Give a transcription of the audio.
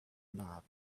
lab